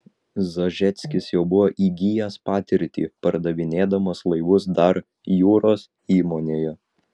zažeckis jau buvo įgijęs patirtį pardavinėdamas laivus dar jūros įmonėje